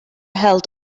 held